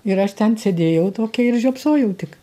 ir aš ten sėdėjau tokia ir žiopsojau tik